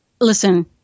listen